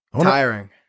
Tiring